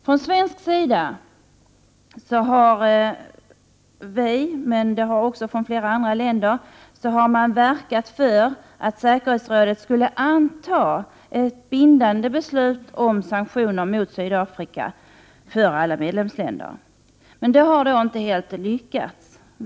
Från svensk men också flera andra länders sida har man verkat för att säkerhetsrådet skulle fatta ett bindande beslut om sanktioner mot Sydafrika för alla medlemsländer. Men det har inte lyckats helt.